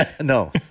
no